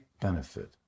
benefit